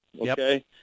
okay